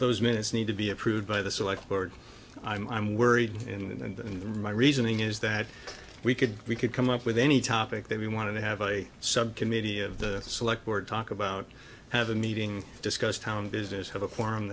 those minutes need to be approved by the select board i'm worried and my reasoning is that we could we could come up with any topic that we want to have a subcommittee of the select were to talk about have a meeting discuss town business have a forum